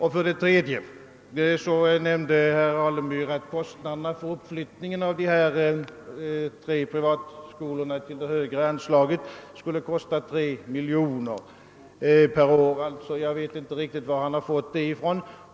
Herr Alemyr nämnde vidare att kostnaderna för uppflyttning av dessa tre privatskolor till det högre bidragsrummet skulle kosta 3 miljoner kronor per år. Jag vet inte riktigt var han fått denna siffra ifrån.